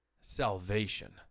salvation